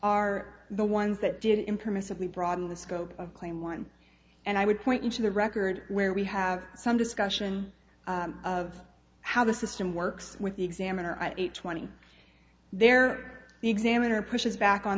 are the ones that did impermissibly broaden the scope of claim one and i would point to the record where we have some discussion of how the system works with the examiner i ate twenty there the examiner pushes back on